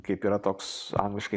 kaip yra toks angliškai